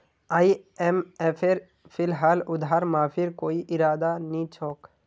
आईएमएफेर फिलहाल उधार माफीर कोई इरादा नी छोक